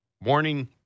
morning